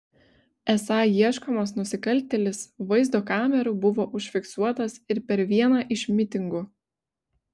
esą ieškomas nusikaltėlis vaizdo kamerų buvo užfiksuotas ir per vieną iš mitingų